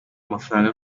amafaranga